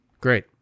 great